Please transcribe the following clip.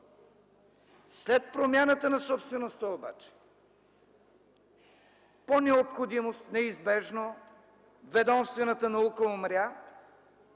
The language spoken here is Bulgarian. След промяната на собствеността обаче по необходимост, неизбежно ведомствената наука умря,